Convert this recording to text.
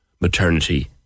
maternity